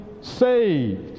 saved